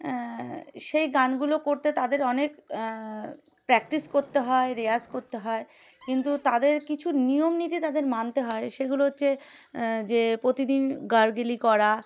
সেই গানগুলো করতে তাদের অনেক প্র্যাকটিস করতে হয় রেয়াজ করতে হয় কিন্তু তাদের কিছু নিয়ম নীতি তাদের মানতে হয় সেগুলো হচ্ছে যে প্রতিদিন গার্গেল করা